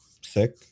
sick